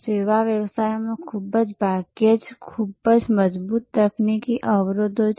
સેવા વ્યવસાયોમાં ખૂબ જ ભાગ્યે જ ખૂબ જ મજબૂત તકનીકી અવરોધો છે